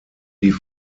die